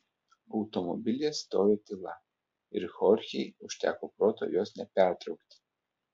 automobilyje stojo tyla ir chorchei užteko proto jos nepertraukti